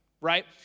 right